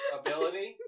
ability